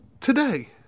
today